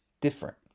different